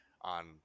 on